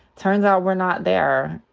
turns out we're not there.